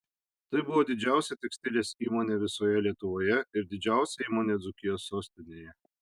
tai buvo didžiausia tekstilės įmonė visoje lietuvoje ir didžiausia įmonė dzūkijos sostinėje